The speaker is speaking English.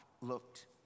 looked